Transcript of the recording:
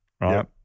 right